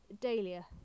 dahlia